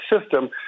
system